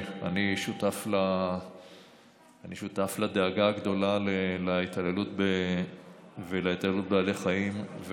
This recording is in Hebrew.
אני שותף לדאגה הגדולה מההתעללות בבעלי החיים.